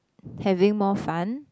having more fun